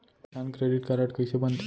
किसान credit card कइसे बनथे?